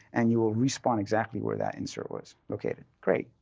and you will respawn exactly where that insert was located. great,